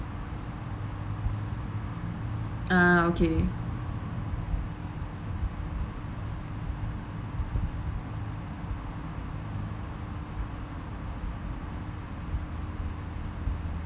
ah okay